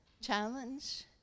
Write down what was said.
challenge